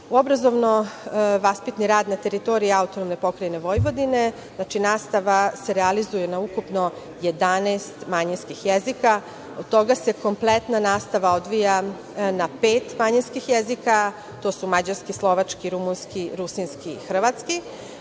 obrazovno vaspitni rad na teritoriji AP Vojvodine, znači nastava se realizuje na ukupno 11 manjinskih jezika, od toga se kompletna nastava odvija na pet manjinskih jezika. To su mađarski, slovački, rumunski, rusinski, hrvatski.